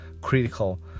critical